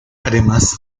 además